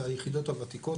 זה היחידות הוותיקות